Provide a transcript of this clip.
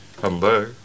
Hello